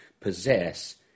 possess